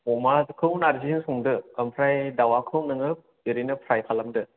अमाखौ नारजिजों संदो ओमफ्राय दाउखौ नोङो ओरैनो फ्राय खालामदो